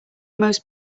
most